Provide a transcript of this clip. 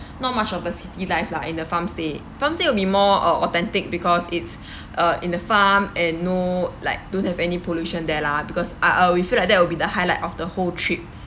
not much of the city life lah in the farm stay farm stay will be more au~ authentic because it's uh in the farm and no like don't have any pollution there lah because I uh we feel like that will be the highlight of the whole trip